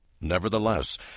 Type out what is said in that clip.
Nevertheless